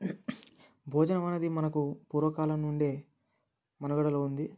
భోజనం అనేది మనకు పూర్వకాలం నుండి మనుగడలో ఉంది